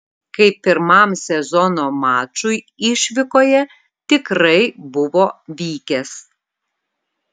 kaip pirmam sezono mačui išvykoje tikrai buvo vykęs